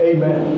Amen